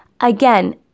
Again